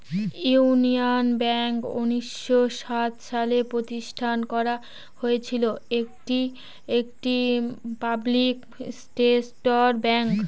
Indian bank উনিশশো সাত সালে প্রতিষ্ঠান করা হয়েছিল এটি একটি পাবলিক সেক্টর ব্যাঙ্ক